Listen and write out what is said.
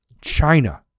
China